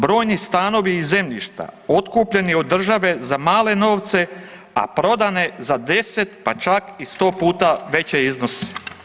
Brojni stanovi i zemljišta otkupljeni od države za male novce, a prodane za 10 pa čak i 100 puta veće iznose.